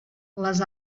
les